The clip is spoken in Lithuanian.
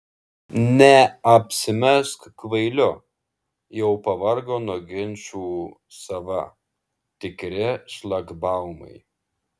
neapsimesk kvailiu jau pavargo nuo ginčų sava tikri šlagbaumai